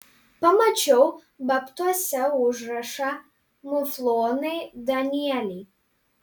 pamačiau babtuose užrašą muflonai danieliai